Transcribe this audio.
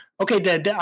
Okay